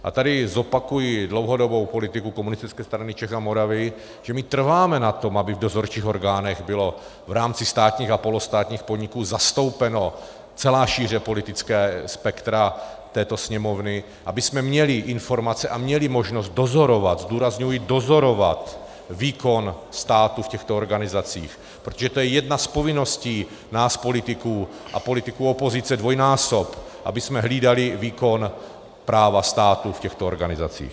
A tady zopakuji dlouhodobou politiku Komunistické strany Čech a Moravy, že my trváme na tom, aby v dozorčích orgánech byla v rámci státních a polostátních podniků zastoupena celá šíře politického spektra této Sněmovny, abychom měli informace a měli možnost dozorovat, zdůrazňuji dozorovat, výkon státu v těchto organizacích, protože to je jedna z povinností nás politiků, a politiků opozice dvojnásob, abychom hlídali výkon práva státu v těchto organizacích.